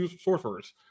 sorcerers